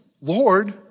Lord